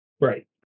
Right